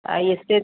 ଆଉ ଏତେ